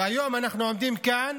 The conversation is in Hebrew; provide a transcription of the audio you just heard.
והיום אנחנו עומדים כאן